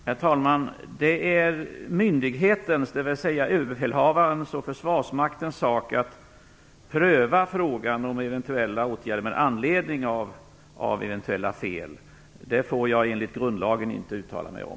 Herr talman! Det är överbefälhavarens och försvarsmaktens sak att pröva frågan om eventuella åtgärder med anledning av eventuella fel. Det får jag enligt grundlagen inte uttala mig om.